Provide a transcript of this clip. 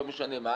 לא משנה מה,